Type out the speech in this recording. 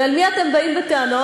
ואל מי אתם באים בטענות?